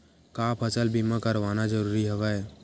का फसल बीमा करवाना ज़रूरी हवय?